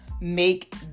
make